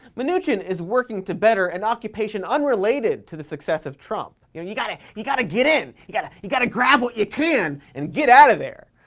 mnuchin is working to better an occupation unrelated to the success of trump. you know you gotta you gotta get in. you gotta you gotta grab what you can and get out of there.